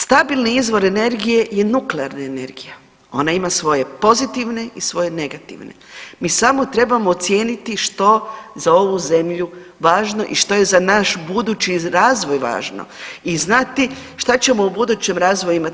Stabilni izvor energije je nuklearna energija ona ima svoje pozitivne i svoje negativne, mi samo trebamo ocijeniti što je za ovu zemlju važno i što je za naš budući razvoj važno i znati šta ćemo u budućem razvoju imati.